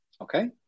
Okay